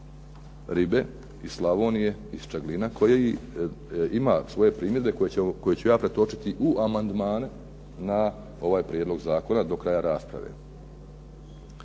ribe iz Slavonije, iz Čaglina koji ima svoje primjedbe koje ću ja pretočiti u amandmane, na ovaj Prijedlog zakona do kraja rasprave.